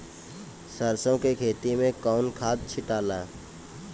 सरसो के खेती मे कौन खाद छिटाला?